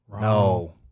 No